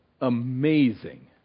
Amazing